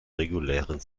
regulären